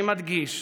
אני מדגיש: